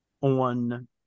on